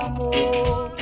more